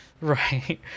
Right